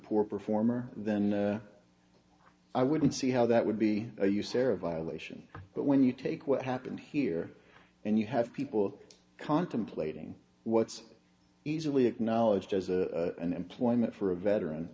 poor performer then i wouldn't see how that would be you sarah violation but when you take what happened here and you have people contemplating what's easily acknowledged as a an employment for a veteran